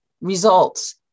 results